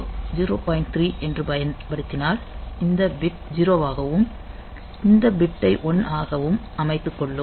3 என்று பயன்படுத்தினால் இந்த பிட்டை 0 ஆகவும் இந்த பிட்டை 1 ஆகவும் அமைத்து கொள்ளும்